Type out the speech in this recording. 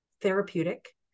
therapeutic